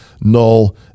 null